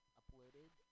uploaded